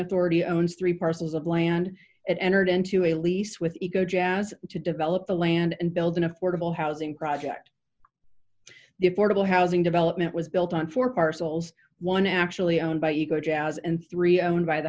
authority owns three parcels of land it entered into a lease with eco jazz to develop the land and build an affordable housing project the affordable housing development was built on four parcels one actually owned by eco jazz and three owned by the